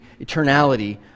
eternality